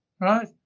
right